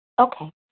Okay